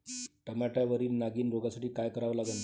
टमाट्यावरील नागीण रोगसाठी काय करा लागन?